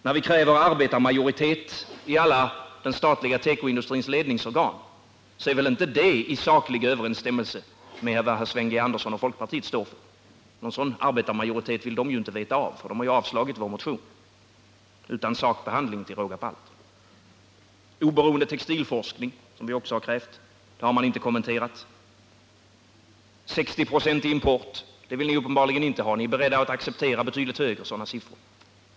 När vi kräver arbetarmajoritet i alla den statliga tekoindustrins ledningsorgan, är väl inte detta i saklig överensstämmelse med vad Sven G. Andersson och folkpartiet står för. Någon sådan arbetarmajoritet vill de inte veta av, för de har ju avstyrkt vår motion — utan sakbehandling till råga på allt. Vårt krav på en oberoende textilforskning har man inte kommenterat. Ni Nr 157 vill uppenbarligen inte ha någon 60-procentig import. Ni är beredda att Måndagen den acceptera betydligt högre siffror.